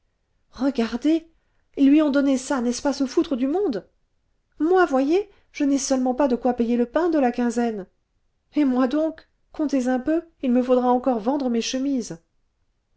regardez ils lui ont donné ça n'est-ce pas se foutre du monde moi voyez je n'ai seulement pas de quoi payer le pain de la quinzaine et moi donc comptez un peu il me faudra encore vendre mes chemises